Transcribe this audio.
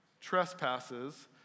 trespasses